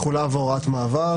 תחולה והוראת מעבר